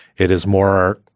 it is more,